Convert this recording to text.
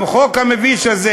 החוק המביש הזה,